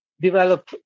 develop